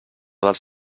dels